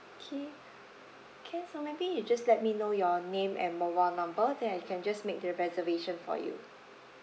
okay can so maybe you just let me know your name and mobile number then I can just make the reservation for you